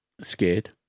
scared